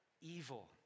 evil